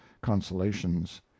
consolations